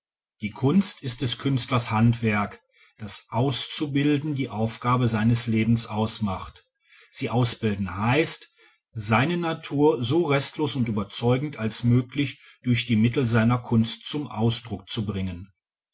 die kunst ist des künstlers handwerk das auszubilden die aufgabe seines lebens ausmacht sie ausbilden heißt seine natur so restlos und überzeugend als möglich durch die mittel seiner kunst zum ausdruck zu bringen